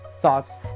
thoughts